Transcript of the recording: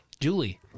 Julie